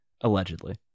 Allegedly